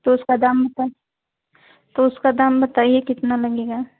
तो उसका दाम बताए तो उसका दाम बताइए कितना लगेगा